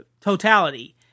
totality